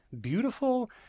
beautiful